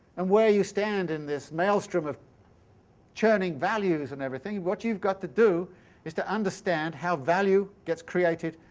and where you stand in this maelstrom of churning values and everything. what you've got to do is to understand how value gets created,